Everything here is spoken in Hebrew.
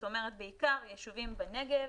בעיקר יישובים בנגב,